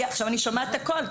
אני שומעת הכול.